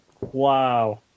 Wow